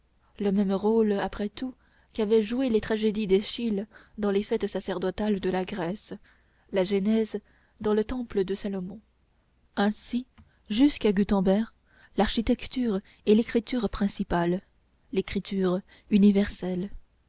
le même rôle après tout qu'avaient joué les tragédies d'eschyle dans les fêtes sacerdotales de la grèce la genèse dans le temple de salomon ainsi jusqu'à gutenberg l'architecture est l'écriture principale l'écriture universelle